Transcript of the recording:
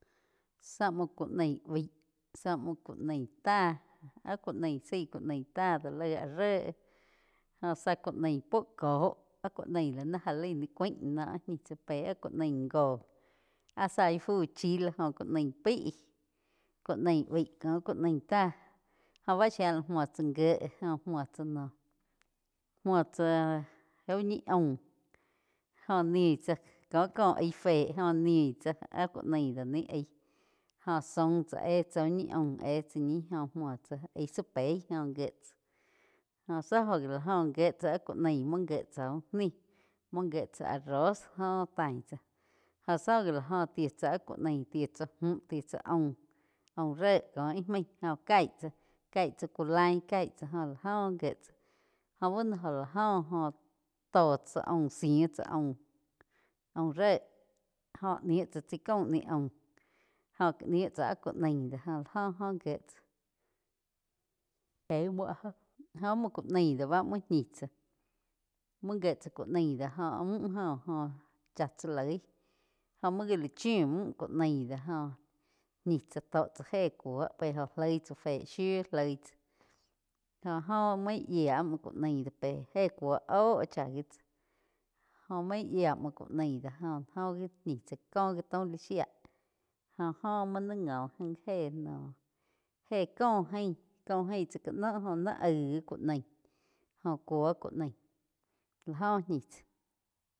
Zá múo ku naí bái, zá múo ku naí ta, áh ku naí zaí ku naí ta do laíg áh ré jo zá ku naí puo kóh áh ku naí la ni gá laig ni cúain la noh áh gain tsá pe áh ku naí goh áh zá ih fu chi lo joh ku naí pai ku naí bai, ko ku naí táh joh bá shía li múo tsá gé óh múo tsá noh. Muo tsá úh ñi aum joh nín tsá koh aig fé óh niin tsá áhg ku naí do ni aíg jóh zaum tá éh tsá uh ñi aum éh tsá ñih óh múo tsá aig zá peí óh gíe tsáh óh tsi óh la gó gíe tsá áh ku naí múo ngie tsá úh ni, múo gíe tsá arroz jo tain tsá jó si oh la óh ti tsá ku naí ti tsá múh ti tsá aum, aum ré cóh íh maig gó caig tsá caig tsá ku lain caig tsá. Jo la óh gie tsá jóh buu no óh la joh óh tó cha aum zííh tsá aum, aum ré joh ni tsá chai caum ni aum joh níh tsá áh ku nain doh joo áh jo oh gie tsá peu muo áh joh. Joh áh muo ku naí do bá múo ñih tsá múo gíe tsá ku naí do joh múh joh óh chá tsá loig jóh muo gá la chiu muo ku naí do jo ñi tsá tó tsá éh kúo pe jo loi tsá fé shiu loi tsá jóh óh main yía áh múoo ku nai do pé éh kuo óh chá gi tsá jó main yía muo ku naí do joh, óh gi ñih tsá vó gi taum li shía jó óh múo ni ngi múh héh noh có gain koo gain tsii ka noh go naig aíh ku nai jo cuo ku naih la jo ñi tsá.